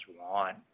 want